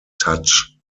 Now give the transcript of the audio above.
touch